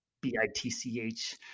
B-I-T-C-H